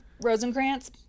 rosencrantz